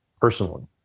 personally